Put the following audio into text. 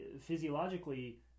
physiologically